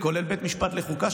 כולל בית משפט לחוקה,